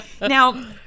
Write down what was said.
Now